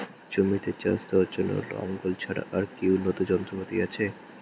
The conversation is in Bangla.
জমিতে চাষ দেওয়ার জন্য লাঙ্গল ছাড়া আর কি উন্নত যন্ত্রপাতি আছে?